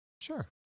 sure